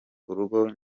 urugo